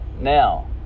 now